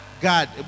God